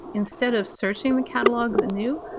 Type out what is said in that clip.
instead of searching the catalogs anew,